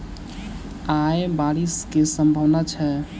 आय बारिश केँ सम्भावना छै?